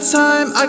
time